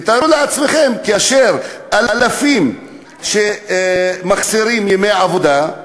ותארו לעצמכם כאשר אלפים מחסירים ימי עבודה,